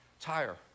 tire